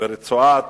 ברצועה